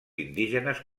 indígenes